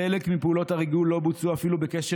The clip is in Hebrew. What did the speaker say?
חלק מפעולות הריגול לא בוצעו אפילו בקשר